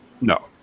No